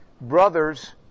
brothers